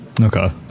Okay